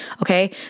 Okay